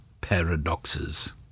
paradoxes